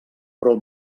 però